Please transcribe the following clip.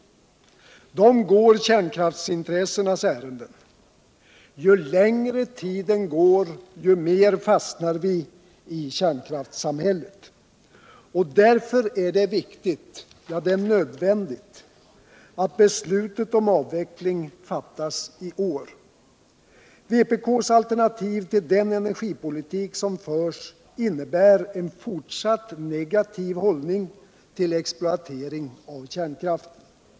De går kärnkraftsintressenternas ärenden. Ju längre tiden går. desto mer fastnar vi i kärnkraftssamhället. Därför är det viktigt, ja nödvändigt, att beslutet om avveckling fattas i år. Vpk:s alternativ till den energipolitik som förs innebär en fortsatt negativ hållning till exploateringen av kärnkraften.